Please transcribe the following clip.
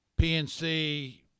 PNC